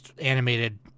animated